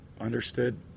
understood